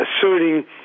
asserting